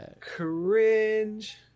Cringe